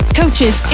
coaches